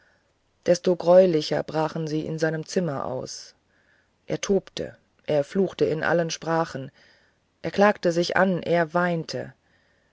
desto greulicher brachen sie in seinen zimmern aus er tobte er fluchte in allen sprachen er klagte sich an er weinte